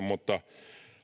mutta